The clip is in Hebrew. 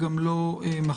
גם לא מחר.